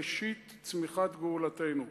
ראשית צמיחת גאולתנו.